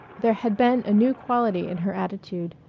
there had been a new quality in her attitude,